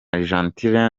argentine